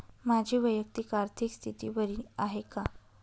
माझी वैयक्तिक आर्थिक स्थिती बरी आहे का?